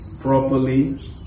properly